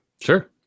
Sure